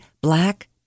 black